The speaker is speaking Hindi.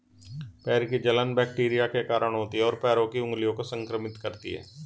पैर की जलन बैक्टीरिया के कारण होती है, और पैर की उंगलियों को संक्रमित करती है